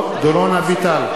(קורא בשמות חברי הכנסת) דורון אביטל,